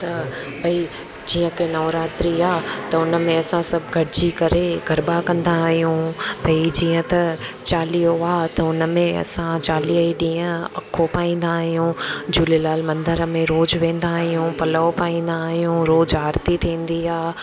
त भाई जीअं की नवरात्रि आहे त उन में असां सभु गॾिजी करे गरबा कंदा आहियूं भाई जीअं त चालीहो आहे त उन में असां चालीह ई ॾींहं अखो पाईंदा आहियूं झूलेलाल मंदर में रोज़ु वेंदा आहियूं पलव पाईंदा आहियूं रोज़ु आरती थींदी आहे